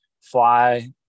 fly